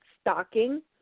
stocking